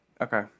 okay